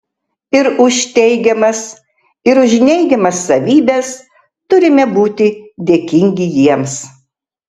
ir už teigiamas ir už neigiamas savybes turime būti dėkingi jiems